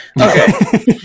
Okay